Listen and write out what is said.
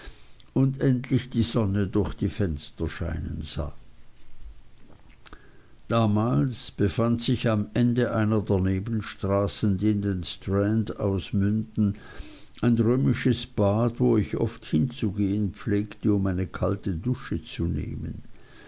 und endlich die sonne durch die fenster scheinen sah damals befand sich am ende einer der nebenstraßen die in den strand ausmünden ein römisches bad wo ich oft hinzugehen pflegte um eine kalte dusche zu nehmen